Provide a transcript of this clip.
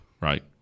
right